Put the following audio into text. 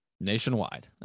Nationwide